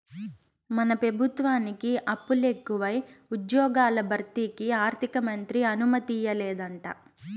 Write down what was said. మన పెబుత్వానికి అప్పులెకువై ఉజ్జ్యోగాల భర్తీకి ఆర్థికమంత్రి అనుమతియ్యలేదంట